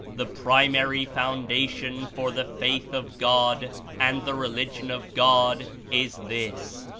the primary foundation for the faith of god and the religion of god is this,